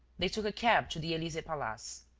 they took a cab to the elysee-palace.